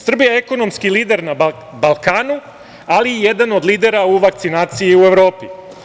Srbija je ekonomski lider na Balkanu, ali i jedan od lidera u vakcinaciji u Evropi.